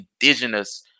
indigenous